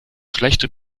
schlechte